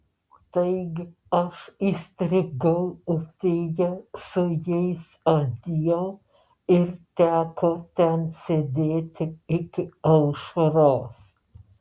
taigi aš įstrigau upėje su jais abiem ir teko ten sėdėti iki aušros